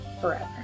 forever